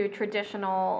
traditional